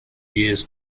years